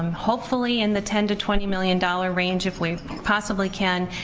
um hopefully in the ten to twenty million dollar range if we possibly can,